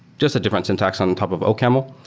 just a difference syntax on top of ocaml.